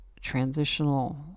transitional